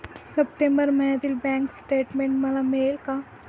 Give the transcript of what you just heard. September महिन्यातील bank statement मला मिळेल का?